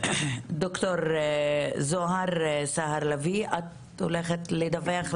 ד"ר זהר סהר לביא, את הולכת לדווח לנו,